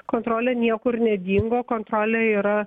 kontrolė niekur nedingo kontrolė yra